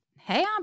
Hey